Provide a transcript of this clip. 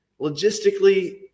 logistically